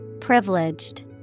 Privileged